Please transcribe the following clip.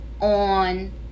on